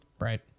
right